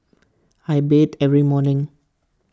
I beat every morning